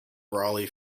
brolly